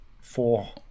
Four